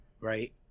right